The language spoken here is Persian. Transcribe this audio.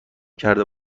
کرده